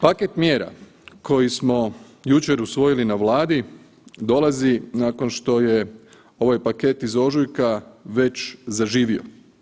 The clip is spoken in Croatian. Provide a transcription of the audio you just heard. Paket mjera koji smo jučer usvojili na Vladi dolazi nakon što je ovaj paket iz ožujka već zaživio.